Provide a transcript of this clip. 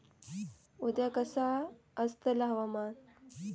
उद्या कसा आसतला हवामान?